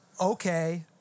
Okay